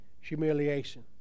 humiliation